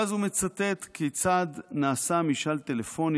ואז הוא מצטט כיצד נעשה משאל טלפוני